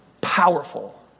powerful